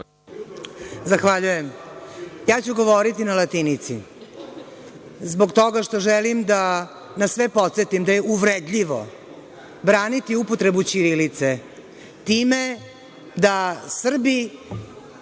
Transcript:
Zahvaljujem. Ja ću govoriti na latinici, zbog toga što želim da sve podsetim da je uvredljivo braniti upotrebu ćirilice time da Srbi,